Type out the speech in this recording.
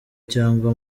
cyangwa